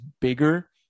bigger